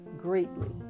greatly